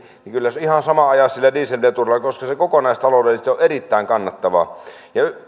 kyllä ihan sama ajaa sillä dieselveturilla koska se kokonaistaloudellisesti on on erittäin kannattavaa